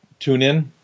TuneIn